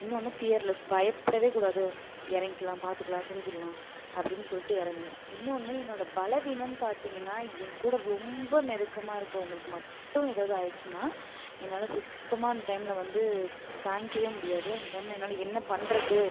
இன்னொன்று ஃபியர்லஸ் பயப்படவேக்கூடாது இறங்கிக்கலாம் பார்த்துக்கலாம் செஞ்சிடலாம் அப்படின்னு சொல்லிட்டு இறங்குவேன் இன்னொன்று என்னோட பலவீனன்னு பார்த்தீங்கன்னா என்கூட ரொம்ப நெருக்கமாக இருக்கவங்களுக்கு மட்டும் எதாவது ஆயிடுச்சுன்னா என்னால் சுத்தமாக அந்த டைம்மில் வந்து தாங்கிக்கவே முடியாது அந்த டைம்மில் என்னால் என்ன பண்ணுறது